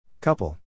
Couple